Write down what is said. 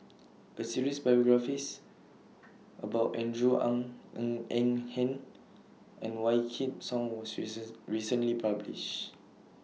A series biographies about Andrew Ang Ng Eng Hen and Wykidd Song was recent recently published